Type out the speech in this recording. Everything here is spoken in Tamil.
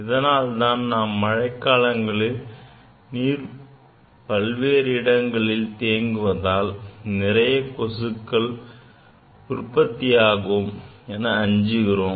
அதனால்தான் நாம் மழைக்காலங்களில் நீர் பல்வேறு இடங்களில் தேங்குவதால் நிறைய கொசுக்கள் உற்பத்தியாகும் என அஞ்சுகிறோம்